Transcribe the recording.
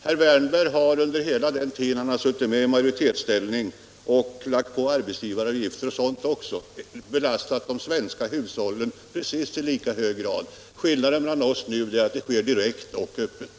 Herr Wärnberg har under hela sin tid i majoritetsställning varit med om att belasta de svenska hushållen i precis lika hög grad. Skillnaden mellan er och oss är att vi låter det ske direkt och öppet.